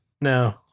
No